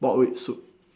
pork rib soup